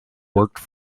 worked